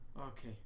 Okay